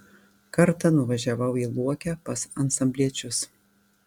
kartą nuvažiavau į luokę pas ansambliečius